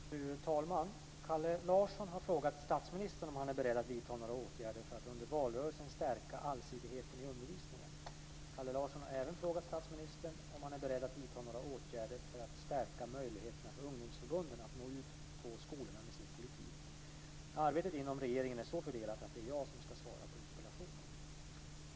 Fru talman! Kalle Larsson har frågat statsministern om han är beredd att vidta några åtgärder för att under valrörelsen stärka allsidigheten i undervisningen. Kalle Larsson har även frågat om statsministern är beredd att vidta några åtgärder för att stärka möjligheterna för ungdomsförbunden att nå ut på skolorna med sin politik. Arbetet inom regeringen är så fördelat att det är jag som ska svara på interpellationen.